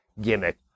gimmick